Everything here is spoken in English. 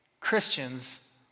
Christians